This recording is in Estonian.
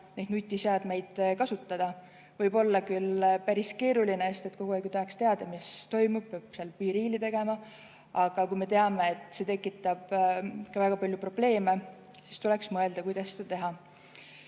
ajal nutiseadmeid kasutada. See võib olla küll päris keeruline, sest kogu aeg ju tahaks teada, mis toimub, peab seal BeReali tegema. Aga kui me teame, et see tekitab väga palju probleeme, siis tuleks mõelda, kuidas seda teha.